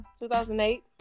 2008